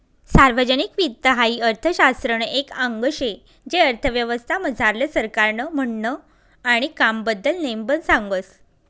सार्वजनिक वित्त हाई अर्थशास्त्रनं एक आंग शे जे अर्थव्यवस्था मझारलं सरकारनं म्हननं आणि कामबद्दल नेमबन सांगस